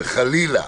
וחלילה,